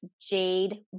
jade